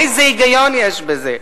איזה היגיון יש בזה?